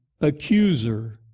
accuser